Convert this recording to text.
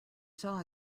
saw